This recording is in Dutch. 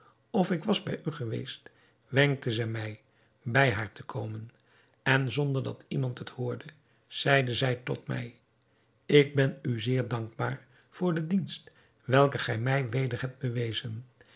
of ik was bij u geweest wenkte zij mij bij haar te komen en zonder dat iemand het hoorde zeide zij tot mij ik ben u zeer dankbaar voor den dienst welken gij mij weder hebt bewezen